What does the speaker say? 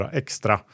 extra